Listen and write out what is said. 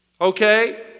Okay